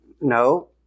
No